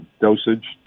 dosage